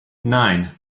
nine